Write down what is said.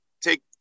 take –